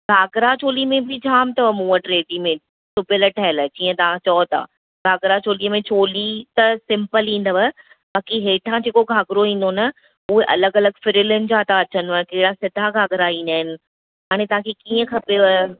घाघरा चोली में बि जाम अथव मूं वटि रेडीमेड सिबियल ठहियल जीअं तव्हां चओ था घाघरा चोलीअ में चोली त सिम्पल ईंदव बाक़ी हेठां जेको घाघरो ईंदो न उहे अलॻि अलॻि फ्रिलिन जा था अचनिव कहिड़ा सिधा घाघरा ईंदा आहिनि हाणे तव्हां खे कीअं खपेव